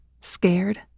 Scared